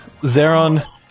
Zeron